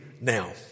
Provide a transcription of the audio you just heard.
now